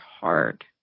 hard